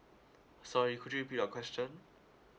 sorry could you repeat your question